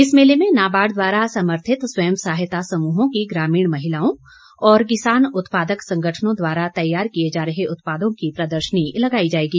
इस मेले में नाबार्ड द्वारा समर्थित स्वयं सहायता समूहों की ग्रामीण महिलाओं और किसान उत्पादक संगठनों द्वारा तैयार किए जा रहे उत्पादों की प्रदर्शनी लगाई जाएगी